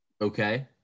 Okay